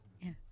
Yes